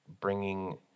bringing